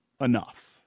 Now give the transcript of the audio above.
enough